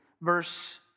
verse